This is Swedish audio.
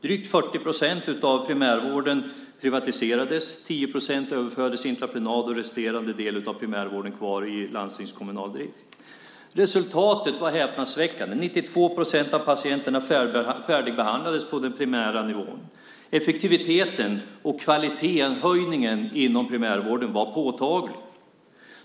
Drygt 40 procent av primärvården privatiserades. 10 procent överfördes till entreprenad. Resterande del av primärvården blev kvar i landstingskommunal drift. Resultatet var häpnadsväckande. 92 procent av patienterna färdigbehandlades på den primära nivån. Effektiviteten och kvalitetshöjningen inom primärvården var påtagliga.